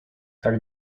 tak